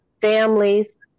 families